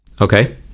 Okay